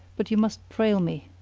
but you must trail me.